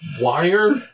wire